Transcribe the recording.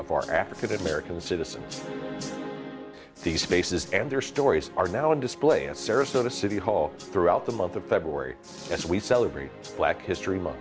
of african american citizens spaces and their stories are now on display at sarasota city hall throughout the month of february as we celebrate black history month